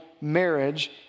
marriage